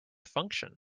function